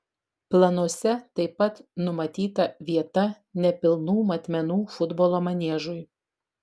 planuose taip pat numatyta vieta nepilnų matmenų futbolo maniežui